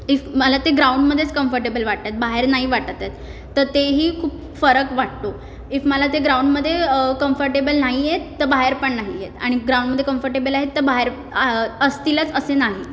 if मला ते ग्राउंडमध्येच कम्फर्टेबल वाटतात बाहेर नाही वाटत आहेत तर तेही खूप फरक वाटतो इफ मला ते ग्राउंडमध्ये कम्फर्टेबल नाही आहेत तर बाहेर पण नाही आहेत आणि ग्राउंडमध्ये कम्फर्टेबल आहेत तर बाहेर आ असतीलच असे नाही